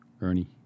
Ernie